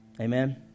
Amen